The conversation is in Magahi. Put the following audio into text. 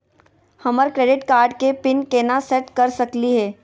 हमर क्रेडिट कार्ड के पीन केना सेट कर सकली हे?